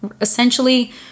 essentially